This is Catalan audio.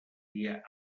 dia